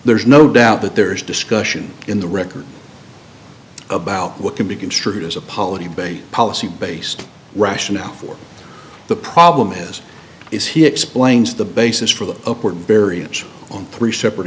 there's no doubt that there is discussion in the record about what can be construed as a policy bait policy based rationale for the problem is if he explains the basis for the upward variance on three separate